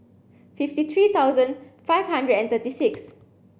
fifty three thousand five hundred and thirty six